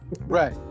right